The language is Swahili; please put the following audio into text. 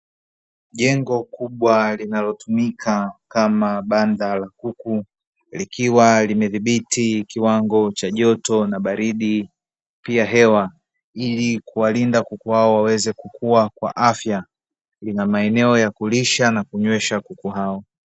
Jengo kubwa linalotumika kama banda la kuku likiwa limedhibiti kiwango cha joto na baridi pia hewa, ili kuwalinda kuku hao waweze kukua kwa afya; linamaeneo ya kulisha na kunywesha kukua hao.